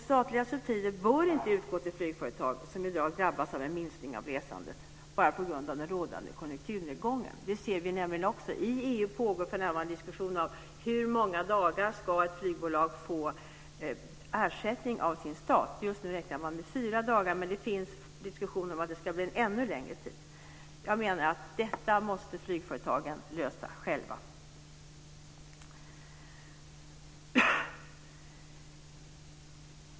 Statliga subsidier bör inte utgå till flygföretag som i dag drabbas av en minskning i resandet bara på grund av den rådande konjunkturnedgången. Det ser vi nämligen också. I EU pågår för närvarande en diskussion om hur många dagar ett flygbolag ska få ersättning av sin stat. Just nu räknar man med fyra dagar, men det finns en diskussion om att det ska bli ännu längre tid. Jag menar att flygföretagen måste lösa detta själva.